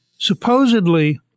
Supposedly